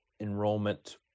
enrollment